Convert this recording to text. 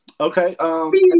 Okay